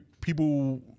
people